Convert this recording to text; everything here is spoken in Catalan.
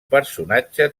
personatge